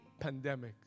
pandemics